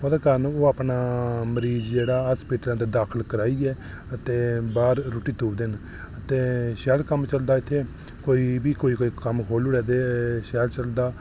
ओह्दे कारण ओह् मरीज अपना जेह्ड़ा हॉस्पिटल दाखल कराइयै ते बाह्र रुट्टी तुपदे न ते शैल कम्म चलदा इत्थै ते एह्बी कोई कम्म खोह्ल्ली ओड़े ते शैल चलदा